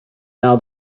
now